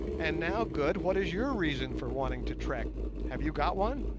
and now, good, what is your reason for wanting to trek have you got one